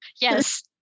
Yes